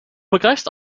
begreifst